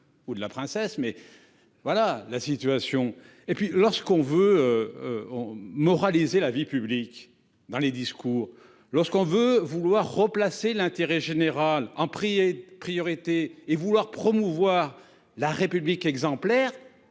ou de la princesse, mais voilà la situation. Et puis lorsqu'on veut. Moraliser la vie publique dans les discours, lorsqu'on veut vouloir replacer l'intérêt général en prix priorité et vouloir promouvoir la République exemplaire.